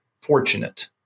fortunate